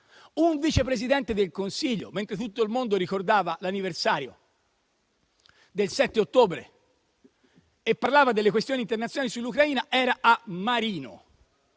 Un Vice Presidente del Consiglio, mentre tutto il mondo ricordava l'anniversario del 7 ottobre e parlava delle questioni internazionali sull'Ucraina, era a Marino,